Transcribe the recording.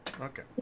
okay